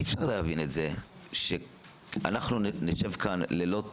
אי-אפשר להבין את זה שאנחנו נשב כאן לילות